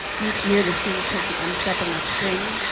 each year, the students take the m-step in the spring